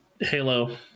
Halo